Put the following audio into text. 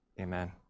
Amen